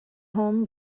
home